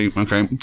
okay